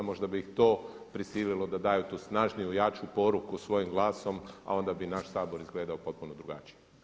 Možda bi ih to prisililo da daju tu snažniju, jaču poruku svojim glasom a onda bi naš Sabor izgledao potpuno drugačije.